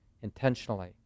intentionally